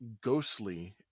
ghostly